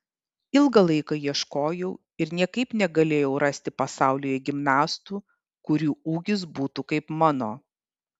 ilgą laiką ieškojau ir niekaip negalėjau rasti pasaulyje gimnastų kurių ūgis būtų kaip mano